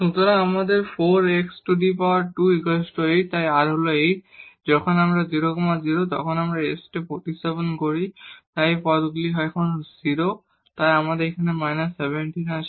সুতরাং আমাদের 4 × 2 8 তাই r হল 8 এবং এই যখন 00 আমরা এখানে s তে প্রতিস্থাপন করি তাই এই টার্মগুলি এখন 0 তাই আমাদের −17 আছে